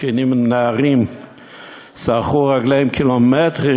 זקנים ונערים שירכו רגליהם קילומטרים,